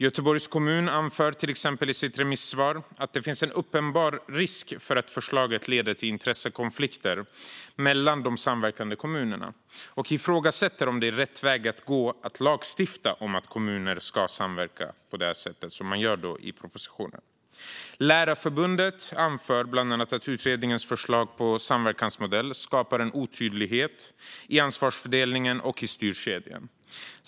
Göteborgs kommun anför i sitt remissvar att det finns en uppenbar risk att förslaget leder till intressekonflikter mellan de samverkande kommunerna och ifrågasätter om det är rätt väg att gå att lagstifta om att kommuner ska samverka på det sätt som man gör i propositionen. Lärarförbundet anför att utredningens förslag på samverkansmodell skapar en otydlighet i ansvarsfördelningen och i styrkedjan.